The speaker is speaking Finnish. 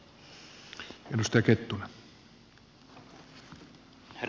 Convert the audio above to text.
herra puhemies